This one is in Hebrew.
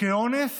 באונס